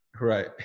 Right